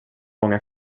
många